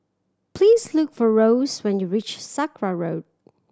please look for Rose when you reach Sakra Road